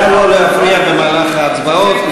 נא לא להפריע במהלך ההצבעות,